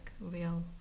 real